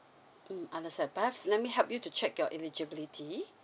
mm understand perhaps let me help you to check your eligibility